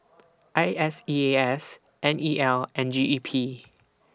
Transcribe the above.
I S E A S N E L and G E P